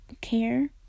care